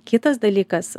kitas dalykas